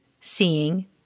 seeing